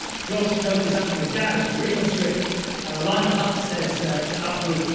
josh dug this up from his garage, the original script lionel hutz says to apu,